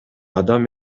адам